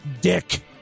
dick